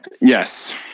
Yes